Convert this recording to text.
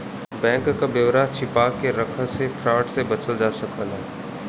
bank क ब्यौरा के छिपा के रख से फ्रॉड से बचल जा सकला